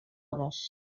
hores